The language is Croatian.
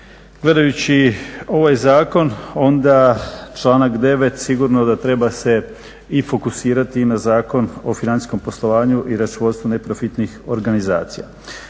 gledajući ovaj zakon onda članak 9. sigurno da treba se i fokusirati i na Zakon o financijskom poslovanju i računovodstvu neprofitnih organizacija.